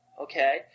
okay